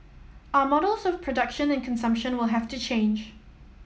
our models of production and consumption will have to change